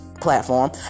platform